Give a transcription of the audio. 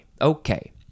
Okay